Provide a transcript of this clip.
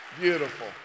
beautiful